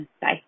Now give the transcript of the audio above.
Bye